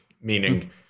meaning